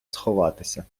сховатися